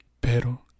pero